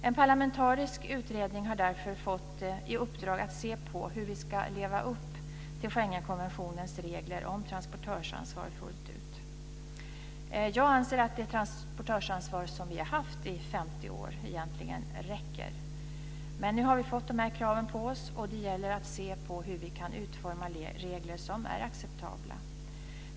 En parlamentarisk utredning har därför fått i uppdrag att se på hur vi ska leva upp till Schengenkonventionens regler om transportörsansvar fullt ut. Jag anser att det transportörsansvar som vi har haft i 50 år egentligen räcker. Men nu har vi fått dessa krav på oss. Då gäller det att se på hur vi kan utforma regler som är acceptabla.